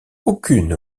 aucune